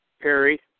Perry